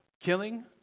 killing